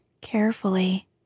carefully